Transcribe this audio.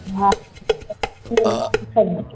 हाँ सब्ज़ी का